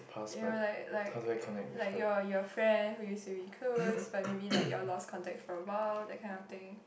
you know like like like your your friend who use to be close but maybe like you all lost contact for awhile that kind of thing